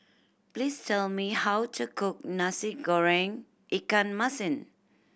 please tell me how to cook Nasi Goreng ikan masin